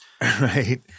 right